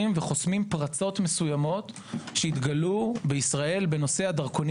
וחוסמים פרצות מסוימות שהתגלו בישראל בנושא הדרכונים